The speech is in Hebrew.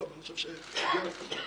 זה אותו דבר שתיארתי קודם,